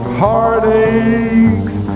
heartaches